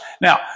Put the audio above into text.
Now